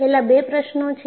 છેલ્લા બે પ્રશ્નો છે